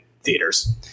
theaters